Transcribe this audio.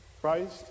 Christ